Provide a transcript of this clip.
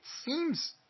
seems